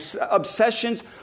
obsessions